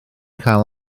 cael